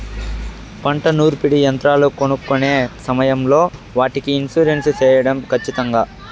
పంట నూర్పిడి యంత్రాలు కొనుక్కొనే సమయం లో వాటికి ఇన్సూరెన్సు సేయడం ఖచ్చితంగా?